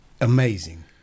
amazing